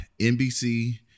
NBC